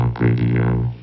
video